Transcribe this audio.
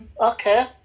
Okay